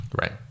Right